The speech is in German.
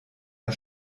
der